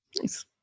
Nice